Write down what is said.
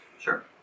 Sure